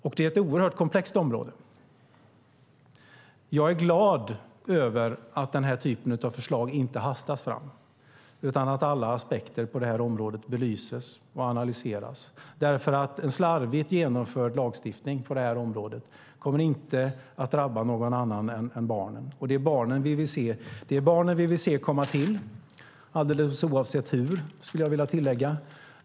Det är ett oerhört komplext område, och jag är glad över att den här typen av förslag inte hastas fram utan att alla aspekter på området belyses och analyseras. En slarvigt genomförd lagstiftning på det här området kommer nämligen inte att drabba någon annan än barnen. Och det är barnen vi vill se komma till, alldeles oavsett hur, skulle jag vilja tillägga.